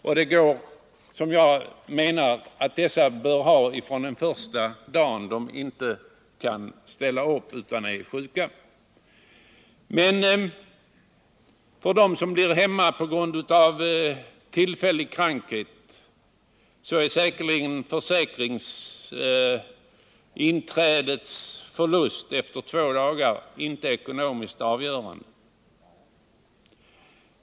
Jag anser därför att de som är frånvarande från arbetet av sådana skäl bör ha ersättning från den första dagen de är sjuka. För dem som blir hemma på grund av tillfällig krankhet är säkerligen inte förlusten av försäkringsinträdet efter två dagar ekonomiskt avgörande.